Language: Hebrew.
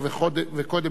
וקודם